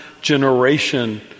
generation